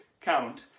count